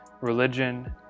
religion